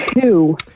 Two